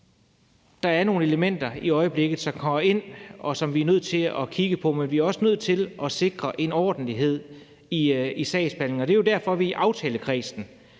at der nogle elementer i øjeblikket, som kommer ind, og som vi er nødt til at kigge på. Men vi bliver også nødt til at sikre en ordentlighed i sagsbehandlingen, og det er jo derfor, at vi i aftalekredsen